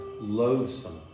loathsome